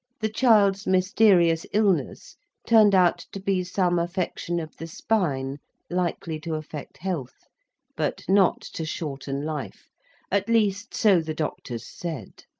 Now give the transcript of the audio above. the child's mysterious illness turned out to be some affection of the spine likely to affect health but not to shorten life at least so the doctors said.